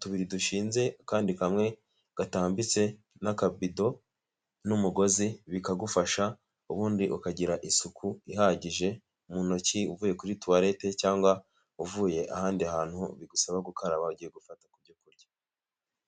tubiri dushinze akandi kamwe gatambitse n'akabido n'umugozi bikagufasha ubundi ukagira isuku ihagije mu ntoki uvuye kuri tuwarete cyangwa uvuye ahandi hantu bigusaba gukaraba ugiye gufata ku byo kurya.